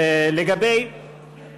לגבי